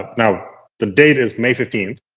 now, the date is may fifteenth,